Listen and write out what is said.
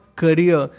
career